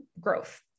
growth